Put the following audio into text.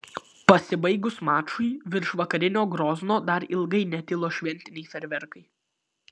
pasibaigus mačui virš vakarinio grozno dar ilgai netilo šventiniai fejerverkai